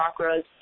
chakras